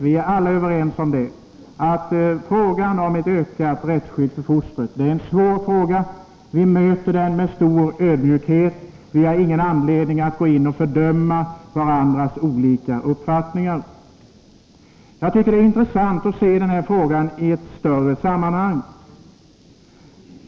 Vi är alla överens om att frågan om ett ökat rättsskydd för foster är en svår fråga. Vi möter den med stor ödmjukhet. Vi har ingen anledning att gå in och fördöma varandras olika uppfattningar. Jag tycker att det är intressant att se den här frågan i ett större sammanhang.